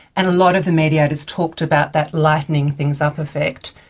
and a lot of the mediators talked about that lightening things up effect.